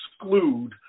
exclude